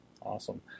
Awesome